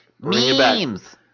Memes